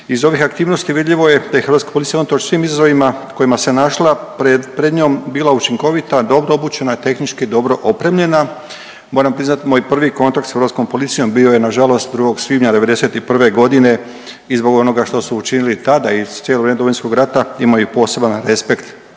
Iz ovih aktivnosti vidljivo je da je Hrvatska policija unatoč svim izazovima u kojima se našla pred, pred njom bila učinkovita, dobro obučena i tehnički dobro opremljena. Moram priznati moj prvi kontakt s Hrvatskom policijom bio je nažalost 2. svibnja '91. godine i zbog onoga što su učinili tada i cijelo vrijeme Domovinskog rata imaju poseban respekt